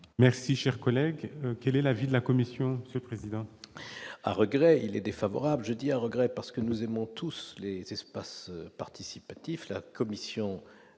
Merci, cher collègue, quel est l'avis de la commission. Monsieur le président,